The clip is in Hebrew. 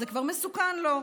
זה כבר מסוכן לו,